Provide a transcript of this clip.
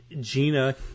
Gina